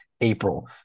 April